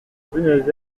buenos